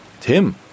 Tim